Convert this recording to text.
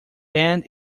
bend